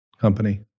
company